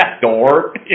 door